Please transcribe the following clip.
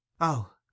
Oh